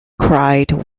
cried